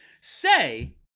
say